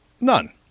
None